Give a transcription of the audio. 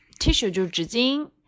Tissue就是纸巾